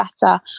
better